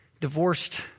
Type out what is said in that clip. divorced